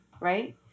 right